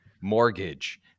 mortgage